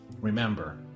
Remember